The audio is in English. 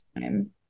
time